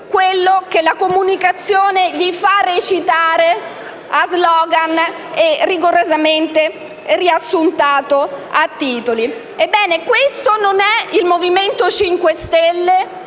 con ciò che la comunicazione gli fa recitare a *slogan* e rigorosamente riassunto a titoli. Ebbene, questo non è il Movimento 5 stelle